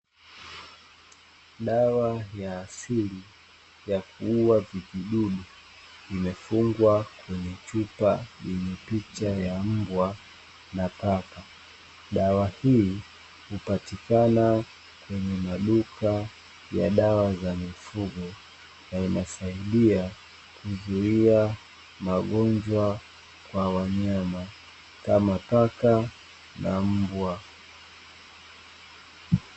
Dawa ya asili ya kuua vijidudu imefungwa kwenye chupa yenye picha ya mbwa na paka. Dawa hii hupatikana kwenye maduka ya dawa za mifugo na inasaidia kuzuia magonjwa kwa wanyama kama paka na mbwa.